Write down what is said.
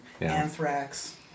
Anthrax